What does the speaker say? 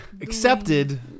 Accepted